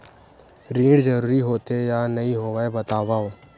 ऋण जरूरी होथे या नहीं होवाए बतावव?